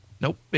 Nope